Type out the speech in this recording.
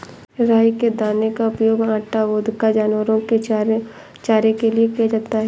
राई के दाने का उपयोग आटा, वोदका, जानवरों के चारे के लिए किया जाता है